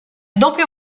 doppio